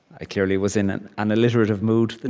i clearly was in an an alliterative mood and